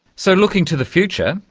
so looking to the future,